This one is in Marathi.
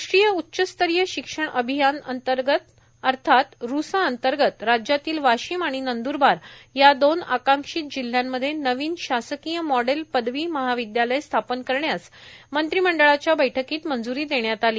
राष्ट्रीय उच्चस्तर शिक्षा अभियान अर्थात रुसा अंतर्गत राज्यातील वाशिम आणि नंदरबार या दोन आकांक्षित जिल्ह्यांमध्ये नवीन शासकीय मॉडेल पदवी महाविदयालय स्थापन करण्यास मंत्रिमंडळाच्या बैठकीत मंज्री देण्यात आली